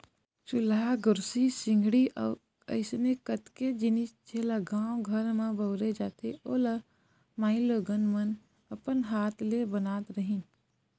चूल्हा, गोरसी, सिगड़ी अउ अइसने कतेक जिनिस जेला गाँव घर म बउरे जाथे ओ ल माईलोगन मन अपन हात ले बनात रहिन